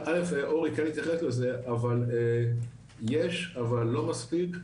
אורי כן יתייחס לזה, אבל יש, אבל לא מספיק,